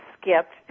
skipped